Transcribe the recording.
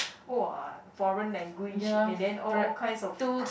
!woah! foreign language and the all all kinds of